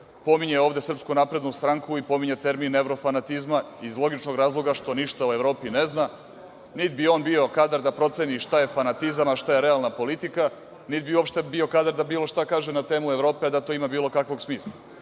pominje ovde SNS i pominje termin evrofanatizma, iz logičnog razloga što ništa o Evropi ne zna, niti bi on bio kadar da proceni šta je fanatizam, a šta je realna politika, niti bi uopšte bio kadar da bilo šta kaže na temu Evrope, a da to ima bilo kakvog smisla. Ne